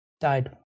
died